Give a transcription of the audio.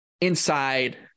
inside